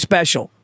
Special